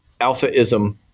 alphaism